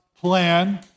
plan